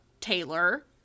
Taylor